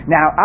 Now